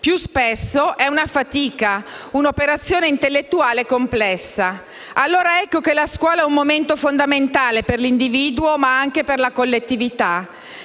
più spesso è una fatica, un'operazione intellettuale complessa. Allora ecco che la scuola è un momento fondamentale per l'individuo ma anche per la collettività.